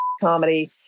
comedy